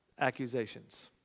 accusations